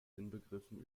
inbegriffen